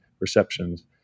Receptions